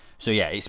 so yeah,